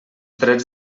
drets